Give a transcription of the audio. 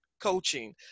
coaching